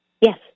Yes